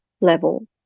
level